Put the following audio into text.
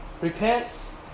repents